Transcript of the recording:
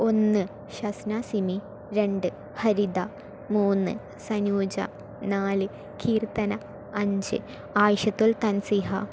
ഒന്ന് ഷസ്ന സിമി രണ്ട് ഹരിത മൂന്ന് സനൂജ നാല് കീർത്തന അഞ്ച് ആയിഷത്തുൽ തൻസിഹ